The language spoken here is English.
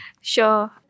Sure